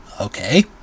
Okay